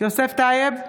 יוסף טייב,